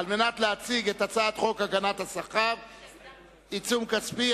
להציג את חוק הגנת השכר (עיצום כספי),